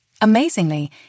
Amazingly